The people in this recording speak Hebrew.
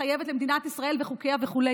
מתחייבת למדינת ישראל וחוקיה וכו',